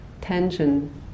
tension